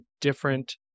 different